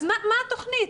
אז מה התוכנית?